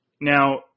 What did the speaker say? Now